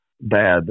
bad